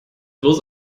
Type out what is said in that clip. bloß